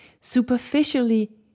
Superficially